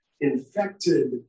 infected